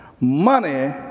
money